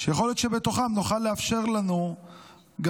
שיכול להיות שבתוכם נוכל לאפשר לנו גם